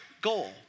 goal